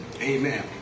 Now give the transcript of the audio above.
Amen